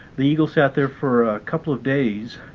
the eagle sat there for a couple of days,